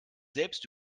selbst